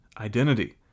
identity